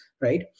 Right